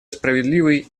справедливый